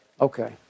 Okay